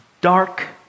dark